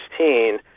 2016